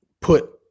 put